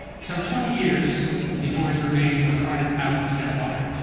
some twenty years before his remains were carted out of saint-roch,